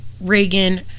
Reagan